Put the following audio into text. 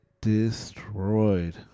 destroyed